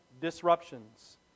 disruptions